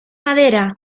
madera